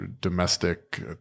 domestic